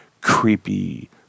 creepy